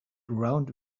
around